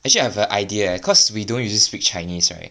actually I have an idea eh cause we don't usually speak chinese right